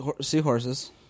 seahorses